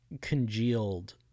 congealed